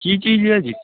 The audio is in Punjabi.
ਕੀ ਚੀਜ਼ ਆ ਜੀ